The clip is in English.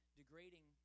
degrading